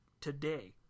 today